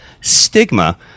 stigma